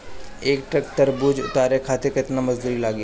एक ट्रक तरबूजा उतारे खातीर कितना मजदुर लागी?